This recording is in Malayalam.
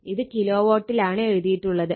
ഇത് കിലോ വാട്ടിലാണ് എഴുതിയിട്ടുള്ളത്